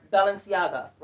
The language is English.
Balenciaga